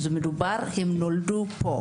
הם נולדו פה.